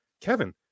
Kevin